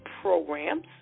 programs